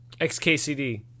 XKCD